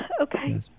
Okay